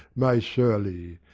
my surly.